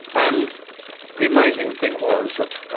and the amazing thing was that